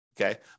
Okay